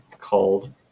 called